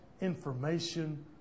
information